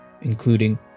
including